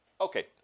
Okay